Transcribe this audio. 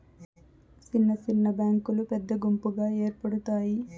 సిన్న సిన్న బ్యాంకులు పెద్ద గుంపుగా ఏర్పడుతాయి